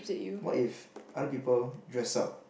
what if other people dress up